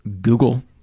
Google